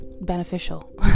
beneficial